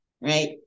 right